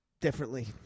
differently